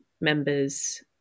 members